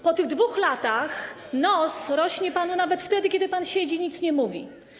Po tych 2 latach nos rośnie panu nawet wtedy, kiedy pan siedzi i nic nie mówi.